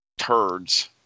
turds